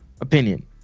opinion